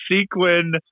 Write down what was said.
sequin